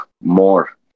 more